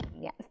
Yes